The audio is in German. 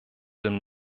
dem